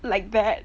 like that